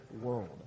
world